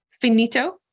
finito